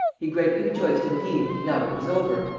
he greatly rejoiced indeed, now it was over,